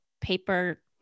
paper